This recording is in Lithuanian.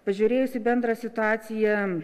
pažiūrėjus į bendrą situaciją